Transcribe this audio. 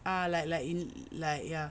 ah like like ya